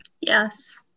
Yes